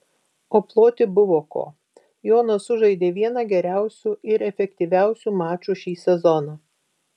o ploti buvo ko jonas sužaidė vieną geriausių ir efektyviausių mačų šį sezoną